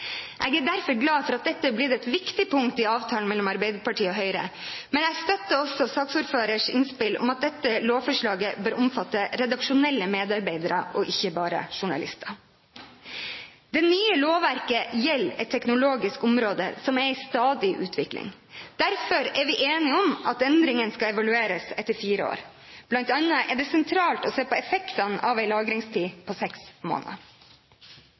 Jeg er derfor glad for at dette er blitt et viktig punkt i avtalen mellom Arbeiderpartiet og Høyre, men jeg støtter også saksordførerens innspill om at dette lovforslaget bør omfatte redaksjonelle medarbeidere og ikke bare journalister. Det nye lovverket gjelder et teknologisk område som er i stadig utvikling. Derfor er vi enige om at endringen skal evalueres etter fire år. Blant annet er det sentralt å se på effektene av en lagringstid på seks måneder.